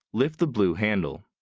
lift the blue handle.